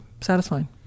satisfying